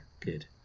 good